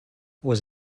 was